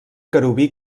querubí